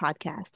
Podcast